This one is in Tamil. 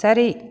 சரி